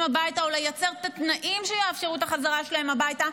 הביתה או לייצר תנאים שיאפשרו את החזרה שלהם הביתה,